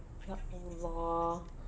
ya